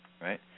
right